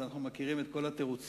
אז אנחנו מכירים את כל התירוצים.